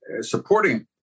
supporting